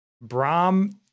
Brahm